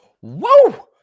Whoa